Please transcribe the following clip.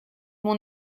mon